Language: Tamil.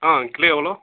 கிலோ எவ்வளோ